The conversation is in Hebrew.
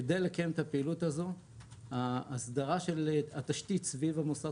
כדי לקיים את הפעילות הזו ההסדרה של התשתית סביב המוסד